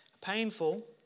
painful